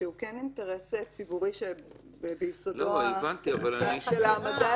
שהוא אינטרס ציבורי שבייסודו הצד של העמדה